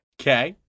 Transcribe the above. Okay